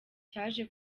cyaje